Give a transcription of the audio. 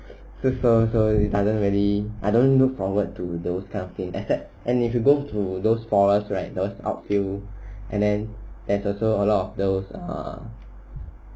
so so it doesn't really I don't look forward to those kind of things except and if you go to those forest right those outfield and then there's also a lot of those err